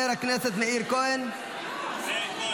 אם ביטלו --- שנייה, אבל תני לי לסיים.